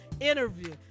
interview